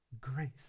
grace